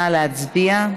נא להצביע.